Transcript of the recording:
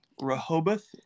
Rehoboth